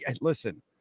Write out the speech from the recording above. Listen